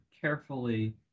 carefully